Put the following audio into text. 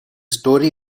story